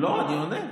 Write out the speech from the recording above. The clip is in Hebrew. לא, אני עונה.